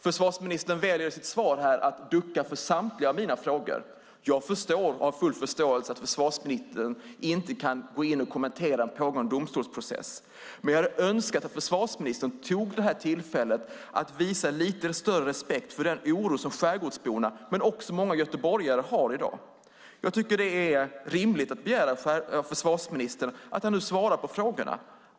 Försvarsministern väljer i sitt svar att ducka för samtliga mina frågor. Jag har full förståelse för att försvarsministern inte kan kommentera en pågående domstolsprocess. Men jag hade önskat att försvarsministern skulle ta det här tillfället att visa lite större respekt för den oro som skärgårdsborna och också många göteborgare känner i dag. Jag tycker att det är rimligt att begära av försvarsministern att han nu svarar på frågorna.